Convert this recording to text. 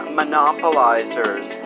monopolizers